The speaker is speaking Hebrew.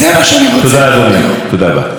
חבר הכנסת דודי אמסלם,